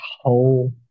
whole